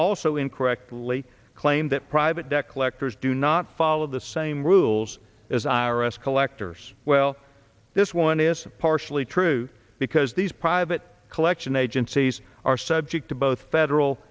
also incorrectly claimed that private debt collectors do not follow the same rules as i r s collectors well this one is partially true because these private collection agencies are subject to both federal